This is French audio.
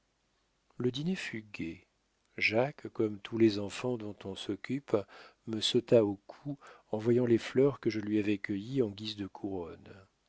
le dîner fut gai jacques comme tous les enfants dont on s'occupe me sauta au cou en voyant les fleurs que je lui avais cueillies en guise de